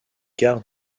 gares